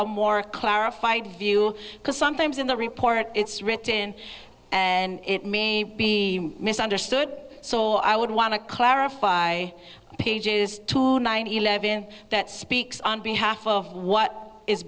a more clarified view because sometimes in the report it's written and it may be misunderstood so i would want to clarify pages to nine eleven that speaks on behalf of what is